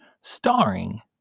starring